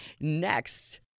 next